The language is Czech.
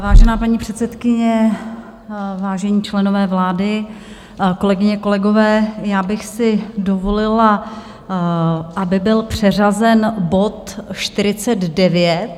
Vážená paní předsedkyně, vážení členové vlády, kolegyně, kolegové, já bych si dovolila požádat, aby byl předřazen bod 49.